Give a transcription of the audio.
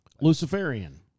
Luciferian